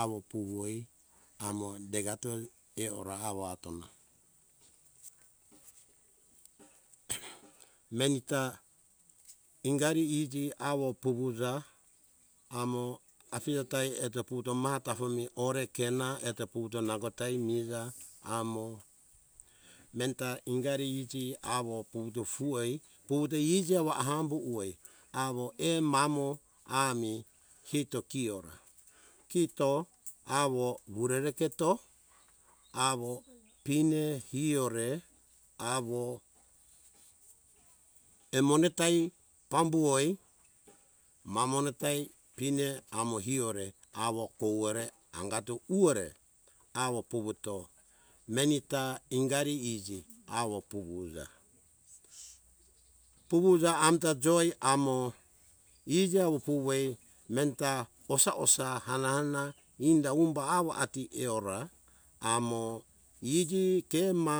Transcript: awo puroi amo degato eora awa atona meni ta ingari iji awo puvuja amo afije ta eto puto mata homi ore kena eto puto nangota imiza amo menta ingari iji awo puvuto fue puvuto iji awo hambo huei awo er mamo ah mi kito kiora kito awo wurere keto awo pine hiore awo emonetai pambuhoi mamonetai pine amo hiore awo kowore angato uwore awo puvuto meni ta ingari iji awo puvuja - puvuja amta joi amo iji awo puwei menta osa - osa hana ana inda umba awo ati eora amo iji kema